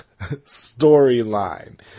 storyline